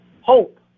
hope